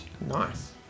Nice